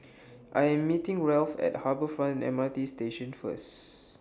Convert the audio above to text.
I Am meeting Ralph At Harbour Front M R T Station First